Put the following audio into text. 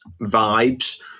vibes